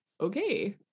okay